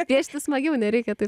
piešti smagiau nereikia taip